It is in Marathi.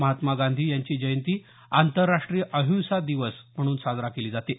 महात्मा गांधी यांची जयंती आंतरराष्ट्रीय अहिंसा दिवस म्हणून साजरी केली जाते